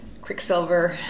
quicksilver